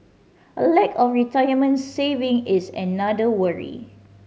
a lack of retirement saving is another worry